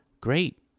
great